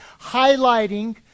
highlighting